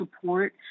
support